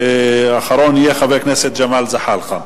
ואחרון יהיה חבר הכנסת ג'מאל זחאלקה.